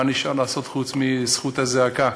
מה נשאר לנו חוץ מזכות הזעקה?